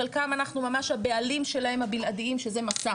חלקן אנחנו ממש הבעלים שלהם הבלעדיים, שזה 'מסע'.